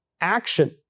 action